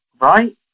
right